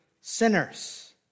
sinners